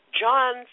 John